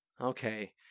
Okay